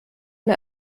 mir